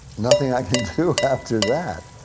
nothing i can do after that.